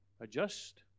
adjust